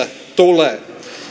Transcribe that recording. tulee